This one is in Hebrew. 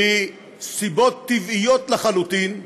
מסיבות טבעיות לחלוטין,